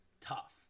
tough